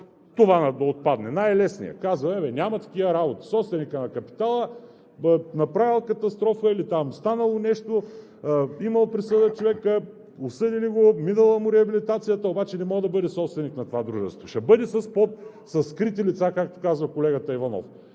това да отпадне – най-лесният. Казваме: няма такива работи, собственикът на капитала направил катастрофа, или станало нещо, имал присъда човекът, осъдили го, минала му реабилитацията, обаче не може да бъде собственик на това дружество. Ще бъде със скрити лица, както казва колегата Иванов.